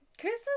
Christmas